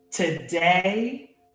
Today